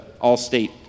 all-state